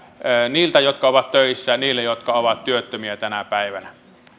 niiltä jotka ovat töissä niille jotka ovat työttömiä tänä päivänä